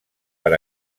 per